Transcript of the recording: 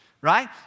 right